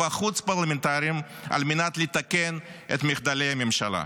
והחוץ-פרלמנטריים על מנת לתקן את מחדלי הממשלה.